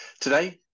Today